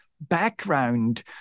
background